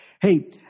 Hey